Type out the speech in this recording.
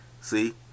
see